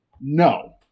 No